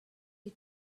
you